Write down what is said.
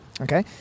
Okay